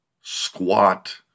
squat